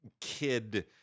kid